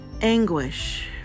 anguish